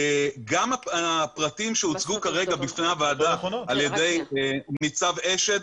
גם הפרטים שהוצגו כרגע בפני הוועדה על ידי ניצב אשד,